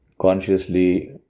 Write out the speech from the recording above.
consciously